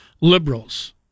liberals